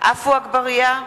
עפו אגבאריה,